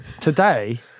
today